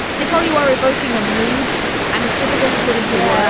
nicole, you are evoking a mood and it's difficult to put into yeah